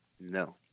No